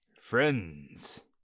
Friends